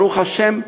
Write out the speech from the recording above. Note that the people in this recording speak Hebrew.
ברוך השם,